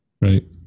right